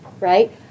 right